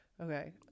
Okay